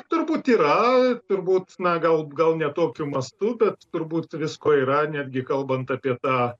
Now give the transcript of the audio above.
turbūt yra turbūt na gal gal ne tokiu mastu bet turbūt visko yra netgi kalbant apie tą